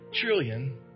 trillion